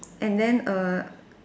and then err